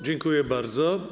Dziękuję bardzo.